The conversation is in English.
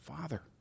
father